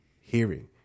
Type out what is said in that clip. hearing